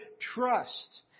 trust